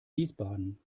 wiesbaden